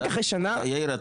רק אחרי שנה --- יאיר,